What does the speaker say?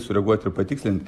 sureaguoti ir patikslinti